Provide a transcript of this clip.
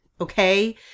Okay